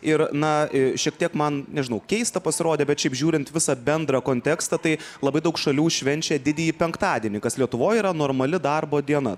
ir na šiek tiek man nežinau keista pasirodė bet šiaip žiūrint visą bendrą kontekstą tai labai daug šalių švenčia didįjį penktadienį kas lietuvoj yra normali darbo diena